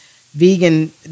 vegan